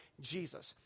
Jesus